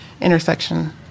intersection